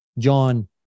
John